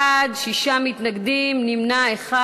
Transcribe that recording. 21 חברי כנסת בעד, שישה מתנגדים, נמנע אחד.